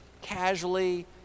casually